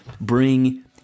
bring